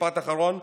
משפט אחרון.